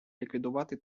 ліквідувати